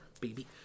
baby